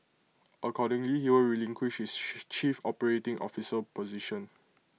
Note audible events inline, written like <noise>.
accordingly he will relinquish his <noise> chief operating officer position